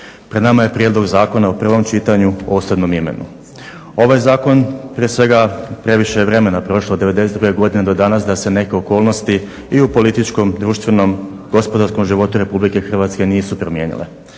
Pred nama je prijedlog zakona u prvom čitanju o osobnom imenu. Ovaj zakon prije svega previše je vremena prošlo od 92. godine do danas da se neke okolnosti i u političkom, društvenom, gospodarskom životu Republike Hrvatske nisu promijenile.